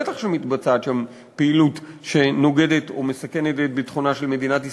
בלי ספק מתבצעת שם פעילות שנוגדת או מסכנת את ביטחונה של מדינת ישראל,